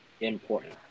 important